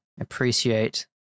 appreciate